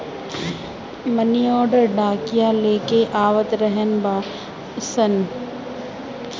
मनी order डाकिया लेके आवत रहने सन